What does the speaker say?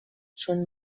تون